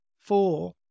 four